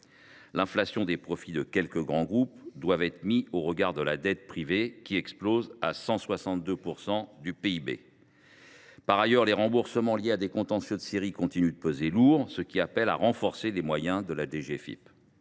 L’inflation des profits de quelques grands groupes doit être mise en regard de la dette privée, qui explose pour atteindre 162 % du PIB. Par ailleurs, les remboursements liés à des contentieux de série continuent de peser lourd, ce qui appelle à renforcer les moyens de la